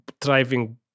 thriving